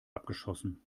abgeschossen